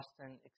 Austin